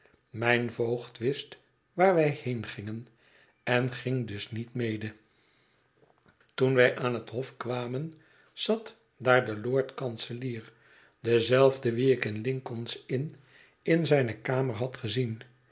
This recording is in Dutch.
mijn voogd wist waar wij heen gingen en ging dus niet mede toen wij aan het hof kwamen zat daar de lord-kanselier dezelfde wien ik in lin c ol n s inn in zijne kamer had gezien